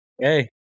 hey